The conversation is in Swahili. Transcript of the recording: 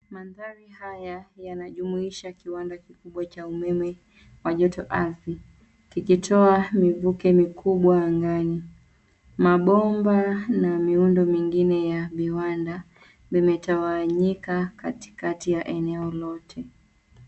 Mandhari haya, yanajumuisha kiwanda kikubwa cha umeme, wa joto ardhi. Kikitoa mivuke mikubwa angani. Mabomba na miundo mingine ya viwanda, vimetawanyika katikati ya eneo lote.